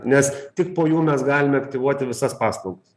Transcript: nes tik po jų mes galime aktyvuoti visas paslaugas